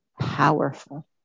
powerful